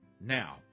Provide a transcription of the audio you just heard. Now